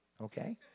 okay